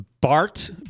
Bart